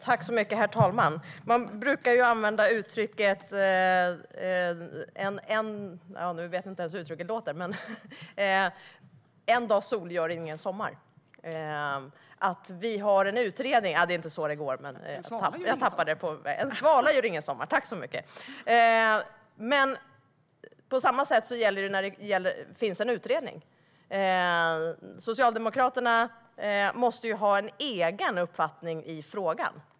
Herr talman! Man brukar använda uttrycket: En dags sol gör ingen sommar. Det är inte så det går, men jag har tappat det på vägen. : En svala.) En svala gör ingen sommar, tack så mycket! På samma sätt är det när det finns en utredning. Socialdemokraterna måste ha en egen uppfattning i frågan.